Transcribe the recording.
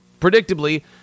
Predictably